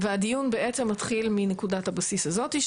הדיון בעצם מתחיל מנקודת הבסיס הזאת.